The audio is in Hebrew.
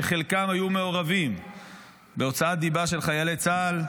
שחלקם היו מעורבים בהוצאת דיבה של חיילי צה"ל.